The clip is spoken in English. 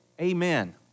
Amen